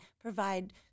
provide